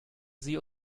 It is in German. sie